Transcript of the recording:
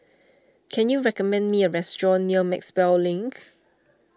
can you recommend me a restaurant near Maxwell Link